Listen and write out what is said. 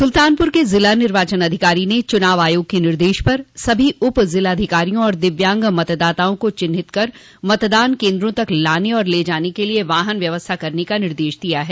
सुल्तानपुर के ज़िला निर्वाचन अधिकारी ने चुनाव आयोग के निर्देश प पर सभी उपज़िलाधिकारियों और दिव्यांग मतदाताओं को चिन्हित कर मतदान केन्द्रों तक लाने और ले जाने के लिए वाहन व्यवस्था करने का निर्देश दिया है